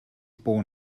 born